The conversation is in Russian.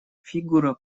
фигура